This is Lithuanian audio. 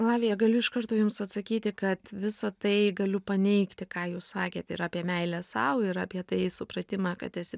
lavija galiu iš karto jums atsakyti kad visa tai galiu paneigti ką jūs sakėt ir apie meilę sau ir apie tai supratimą kad esi